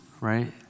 Right